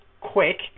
quick